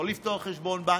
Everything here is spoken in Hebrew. לא לפתוח חשבון בנק,